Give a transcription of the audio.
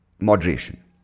Moderation